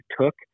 took